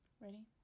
ready